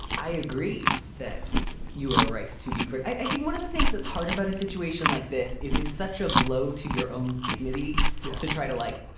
i agree that you are right to to be caught. i think one of the things that's hard about a situation like this is it's such a blow to your own dignity yeah to try to like,